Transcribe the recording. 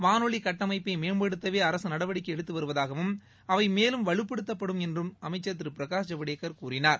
வானொலி கட்டமைப்பை மேம்படுத்தவே அரசு நடவடிக்கைகளை எடுத்து வருவதாகவும் அவை மேலும் வலுப்படுத்தப்படும் என்றும் அமைச்சர் திரு ஜவடேகர் கூறினார்